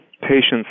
patients